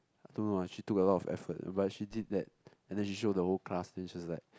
don't know ah she took a lot of effort but she did that and then she showed the whole class and she's like